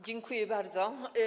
Dziękuję bardzo.